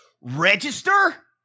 register